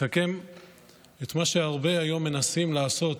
מסכם בשורה אחת את מה שהרבה היום מנסים לעשות,